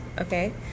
Okay